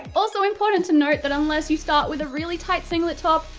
also important to note that unless you start with a really tight singlet top,